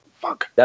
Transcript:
fuck